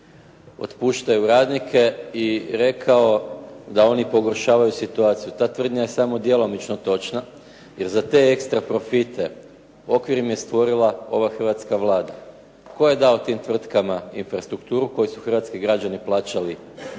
otpuštaju radnike i rekao da oni pogoršavaju situaciju. Ta tvrdnja je samo djelomično točna jer za te ekstra profite okvir im je stvorila ova hrvatska Vlada. Tko je dao tim tvrtkama infrastrukturu koju su hrvatski građani plaćali